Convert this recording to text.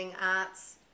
Art's